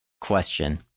question